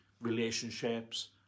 relationships